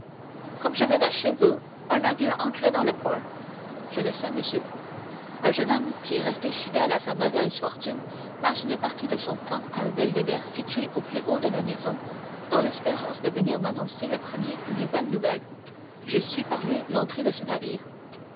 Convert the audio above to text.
comme je venais chez vous un navire entrait dans le port je le sais monsieur un jeune homme qui est resté fidèle à ma mauvaise fortune passe une partie de son temps à un belvédère situé au haut de la maison dans l'espérance de venir m'annoncer le premier une bonne nouvelle j'ai su par lui l'entrée de ce navire